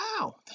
wow